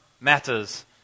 matters